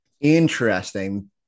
Interesting